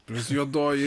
plius juodoji